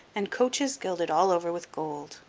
and coaches gilded all over with gold.